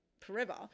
forever